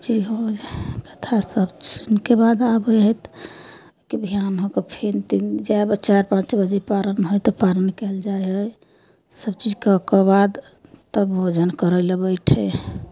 सब चीज हो गेलै कथा सब सुनिके आबै है ओहिके बिहान होके फेर तीन चारि पाँच बजे पारण होइ तऽ पारण कयल जाय हय सब चीज कऽ के बाद तब भोजन करय लऽ बैठय हय